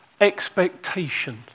expectation